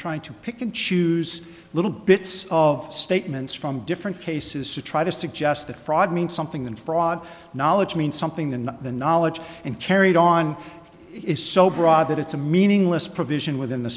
trying to pick and choose little bits of statements from different cases to try to suggest that fraud means something than fraud knowledge means something that the knowledge and carried on is so broad that it's a meaningless provision within the